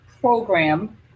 program